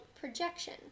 projection